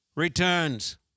returns